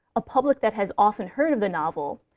a public that has often heard of the novel,